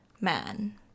Man